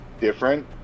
different